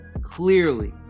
clearly